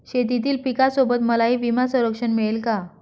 शेतीतील पिकासोबत मलाही विमा संरक्षण मिळेल का?